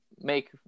make